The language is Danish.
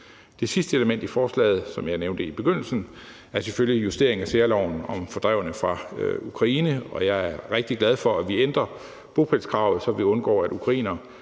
Det sidste element i forslaget, som jeg nævnte i begyndelsen, er selvfølgelig justeringen af særloven om fordrevne fra Ukraine. Jeg er rigtig glad for, at vi ændrer bopælskravet, så vi undgår, at ukrainere,